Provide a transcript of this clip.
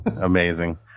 Amazing